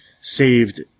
saved